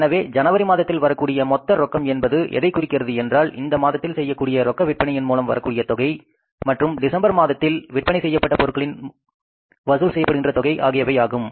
எனவே இது ஜனவரி மாதத்தில் வரக்கூடிய மொத்த ரொக்கம் என்பது எதைக் குறிக்கிறது என்றால் இந்த மாதத்தில் செய்யக்கூடிய ரொக்க விற்பனையின் மூலம் வரக்கூடிய தொகை மற்றும் டிசம்பர் மாதத்தில் விற்பனை செய்யப்பட்ட பொருட்களில் வசூல் செய்யப்படுகின்ற தொகை ஆகியவை ஆகும்